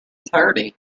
thirty